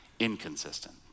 Inconsistent